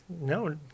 no